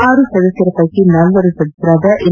ಆರು ಸದಸ್ಯರ ಪೈಕಿ ನಾಲ್ವರು ಸದಸ್ಯರಾದ ಎಂ